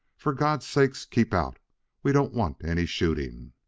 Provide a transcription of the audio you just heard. for god's sake, keep out we don't want any shooting.